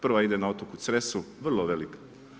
Prva ide na otoku Cresu, vrlo velika.